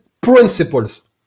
Principles